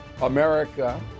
America